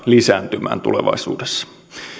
lisääntymään tulevaisuudessa poikalasten